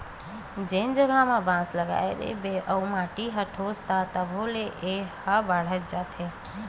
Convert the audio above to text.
जेन जघा म बांस लगाए रहिबे अउ माटी म ठोस हे त तभो ले ए ह बाड़हत जाथे